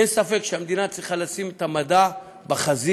אין ספק שהמדינה צריכה לשים את המדע בחזית,